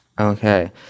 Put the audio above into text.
okay